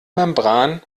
membran